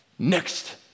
Next